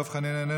דב חנין,